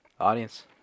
audience